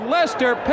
Lester